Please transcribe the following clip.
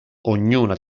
ognuna